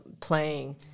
playing